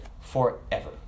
forever